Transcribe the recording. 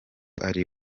ari